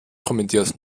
kommentiert